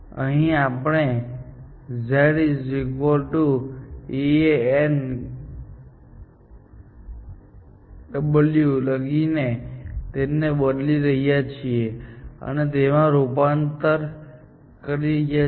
અહીં આપણે ztan લખી ને તેને બદલી રહ્યા છે અને તેને આમાં રૂપાંતર કરી રહ્યા છે